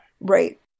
Right